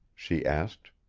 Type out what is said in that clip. she asked.